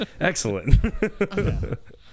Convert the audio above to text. Excellent